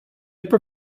upper